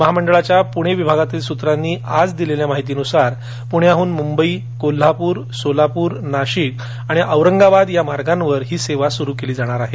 महामंडळाच्या पुणे विभागातील सूत्रांनीआज दिलेल्या माहितीनुसार पुण्याहून मुंबईकोल्हापूरसोलापूर नाशिक आणि औरंगाबाद या मार्गावर ही सेवा सुरु केली जाणार आहे